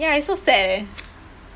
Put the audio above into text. ya I so sad eh